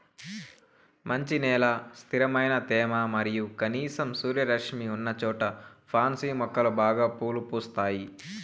మంచి నేల, స్థిరమైన తేమ మరియు కనీసం సూర్యరశ్మి ఉన్నచోట పాన్సి మొక్కలు బాగా పూలు పూస్తాయి